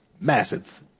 massive